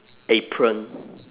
apron